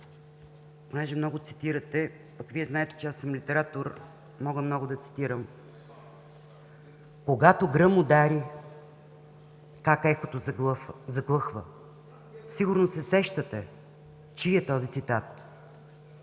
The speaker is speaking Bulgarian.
„Когато гръм удари, как ехото заглъхва“. Сигурно се сещате чий е този цитат.